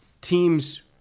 teams